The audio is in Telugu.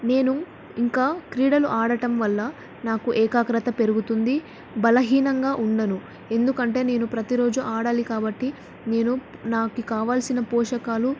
నేను ఇంకా క్రీడలు ఆడటం వల్ల నాకు ఏకాగ్రత పెరుగుతుంది బలహీనంగా ఉండను ఎందుకంటే నేను ప్రతిరోజు ఆడాలి కాబట్టి నేను నాకు కావాల్సిన పోషకాలు